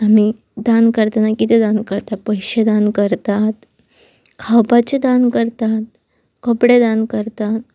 आमी दान करतना कितें दान करता पयशे दान करतात खावपाचें दान करतात कपडे दान करतात